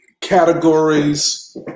categories